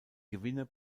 gewinner